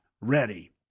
ready